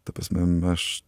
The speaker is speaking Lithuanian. ta prasme aš